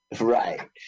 Right